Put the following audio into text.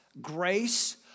grace